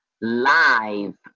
live